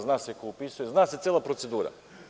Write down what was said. Zna se ko upisuje, zna se cela procedura.